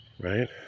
right